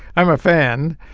i'm a fan